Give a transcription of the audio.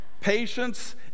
Patience